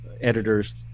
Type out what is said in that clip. editors